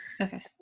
okay